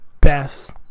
best